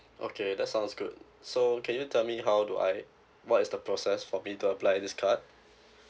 okay that sounds good so can you tell me how do I what is the process for me to apply this card